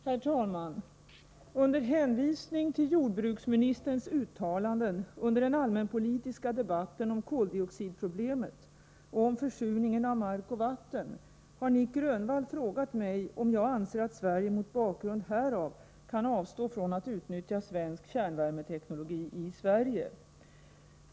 Herr talman! Under hänvisning till jordbruksministerns uttalanden under den allmänpolitiska debatten om koldioxidproblemet och om försurningen av mark och vatten har Nic Grönvall frågat mig om jag anser att Sverige mot bakgrund härav kan avstå från att utnyttja svensk kärnvärmeteknologi i Sverige.